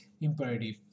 imperative